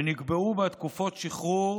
ונקבעו בה תקופות שחרור